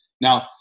now